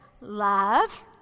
Love